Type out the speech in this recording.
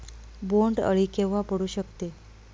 बोंड अळी केव्हा पडू शकते?